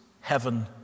heaven